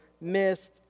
missed